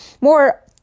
more